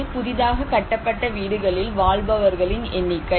இது புதிதாக கட்டப்பட்ட வீடுகளில் வாழ்பவர்களின் எண்ணிக்கை